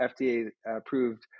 FDA-approved